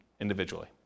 individually